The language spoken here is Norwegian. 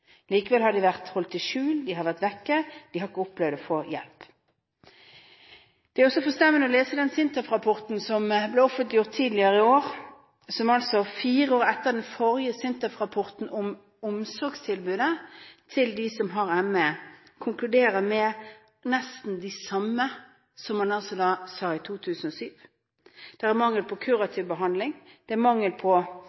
Likevel har de vært holdt i skjul, de har vært vekk, de har ikke opplevd å få hjelp. Det er også forstemmende å lese den SINTEF-rapporten som ble offentliggjort tidligere i år, som fire år etter den forrige SINTEF-rapporten om omsorgstilbudet til dem som har ME, konkluderer med nesten det samme som det man sa i 2007: Det er mangel på